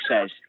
says